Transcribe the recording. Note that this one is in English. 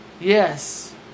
Yes